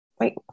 Wait